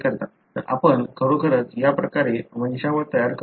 तर आपण खरोखरच या प्रकारे वंशावळ तयार करतो